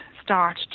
Start